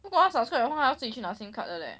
如果 subscribe 的话还要自己去拿 SIM card 的 leh